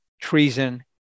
treason